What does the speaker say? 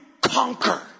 conquer